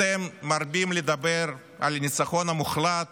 אתם מרבים לדבר על הניצחון המוחלט